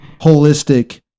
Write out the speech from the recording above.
holistic